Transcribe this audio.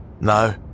No